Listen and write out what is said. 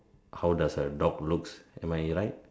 how does a dog looks am I right